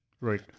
Right